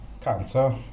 cancer